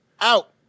out